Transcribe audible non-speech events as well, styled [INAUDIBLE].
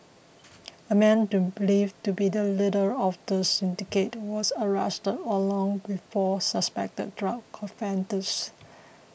a man [UNINTELLIGIBLE] believed to be the leader of the syndicate was arrested along with four suspected drug offenders